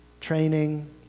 training